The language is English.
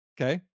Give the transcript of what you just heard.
okay